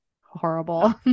horrible